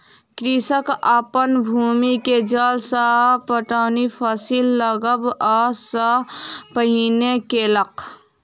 कृषक अपन भूमि के जल सॅ पटौनी फसिल लगबअ सॅ पहिने केलक